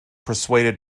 persuaded